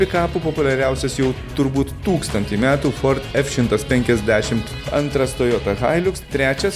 pikapų populiariausias jau turbūt tūkstantį metų ford šimtas penkiasdešimt antras toyota hailiuks trečias